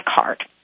card